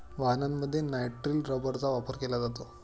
वाहनांमध्ये नायट्रिल रबरचा वापर केला जातो